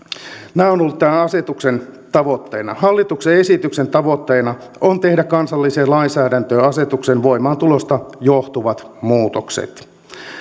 nämä ovat olleet tämän asetuksen tavoitteina hallituksen esityksen tavoitteena on tehdä kansalliseen lainsäädäntöön asetuksen voimaantulosta johtuvat muutokset